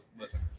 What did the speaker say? listen